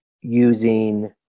using